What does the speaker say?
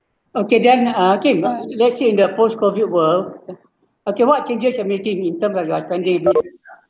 okay then uh hakim let's say in the post-COVID world okay what changes have been making in terms of your